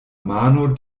mano